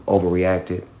Overreacted